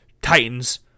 Titans